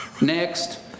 Next